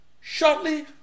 Shortly